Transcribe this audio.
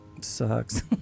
Sucks